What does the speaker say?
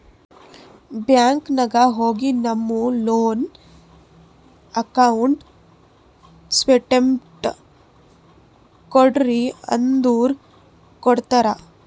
bank ನಾಗ್ ಹೋಗಿ ನಮ್ದು ಲೋನ್ ಅಕೌಂಟ್ ಸ್ಟೇಟ್ಮೆಂಟ್ ಕೋಡ್ರಿ ಅಂದುರ್ ಕೊಡ್ತಾರ್